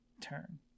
turn